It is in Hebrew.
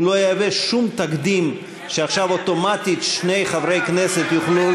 הוא לא יהווה שום תקדים שעכשיו אוטומטית שני חברי כנסת יוכלו,